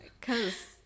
cause